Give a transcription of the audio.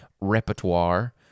repertoire